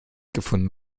gefunden